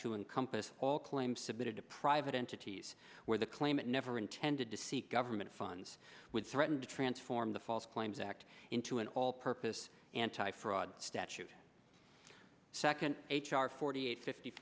to encompass all claims submitted to private entities where the claimant never intended to seek government funds would threaten to transform the false claims act into an all purpose anti fraud statute second h r forty eight fifty